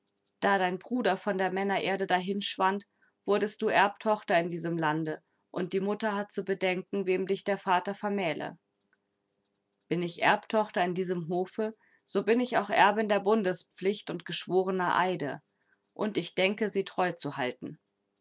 da dein bruder von der männererde dahinschwand wurdest du erbtochter in diesem lande und die mutter hat zu bedenken wem dich der vater vermähle bin ich erbtochter in diesem hofe so bin ich auch erbin der bundespflicht und geschworener eide und ich denke sie treu zu halten